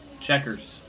Checkers